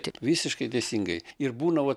taip visiškai teisingai ir būna vat